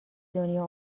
دنیا